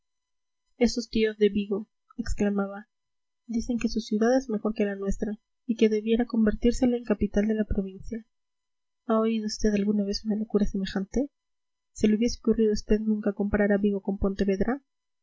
esos tíos de vigo exclamaba dicen que su ciudad es mejor que la nuestra y que debiera convertírsela en capital de la provincia ha oído usted alguna vez una locura semejante se le hubiese ocurrido a usted nunca comparar a vigo con pontevedra